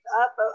up